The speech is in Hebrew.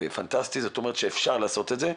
זאת אומרת שאפשר לעשות את זה,